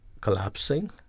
collapsing